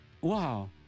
Wow